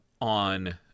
on